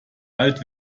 alt